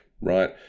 right